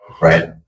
Right